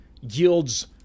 yields